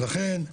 לכן,